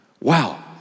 wow